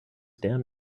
damn